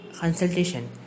consultation